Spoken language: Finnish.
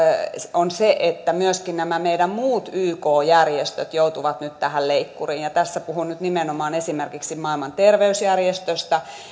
on se että myöskin nämä meidän muut yk järjestömme joutuvat nyt tähän leikkuriin tässä puhun nyt nimenomaan esimerkiksi maailman terveysjärjestöstä